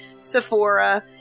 Sephora